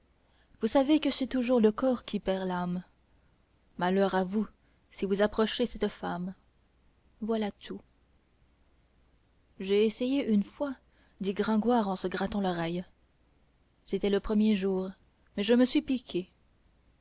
vous savez que c'est toujours le corps qui perd l'âme malheur à vous si vous approchez cette femme voilà tout j'ai essayé une fois dit gringoire en se grattant l'oreille c'était le premier jour mais je me suis piqué